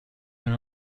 una